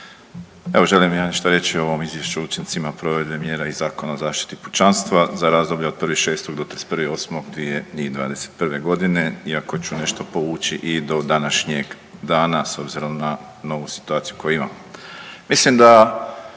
Evo želim ja nešto reći o ovom izvješću o učincima provedbe mjera iz Zakona o zaštiti pučanstva za razdoblje od 1.6. do 31.8.2021. godine. Iako ću nešto povući i do današnjeg dana s obzirom na novu situaciju koju imamo.